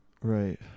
right